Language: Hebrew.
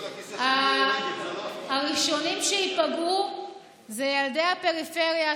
הראשונים שייפגעו הם ילדי הפריפריה,